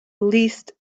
least